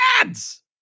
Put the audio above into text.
Ads